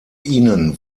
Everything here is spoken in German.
ihnen